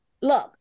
look